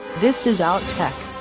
this is out tech.